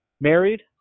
married